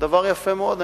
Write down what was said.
זה דבר יפה מאוד,